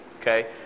Okay